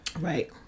Right